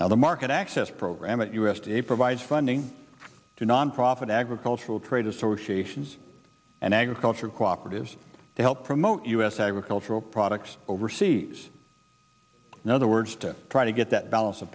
now the market access program at u s d a provides funding to nonprofit agricultural trade associations and agricultural cooperate is to help promote u s agricultural products overseas in other words to try to get that bal